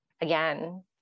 again